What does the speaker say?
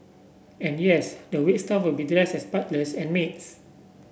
and yes the wait staff will be dressed as butlers and maids